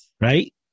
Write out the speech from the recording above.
Right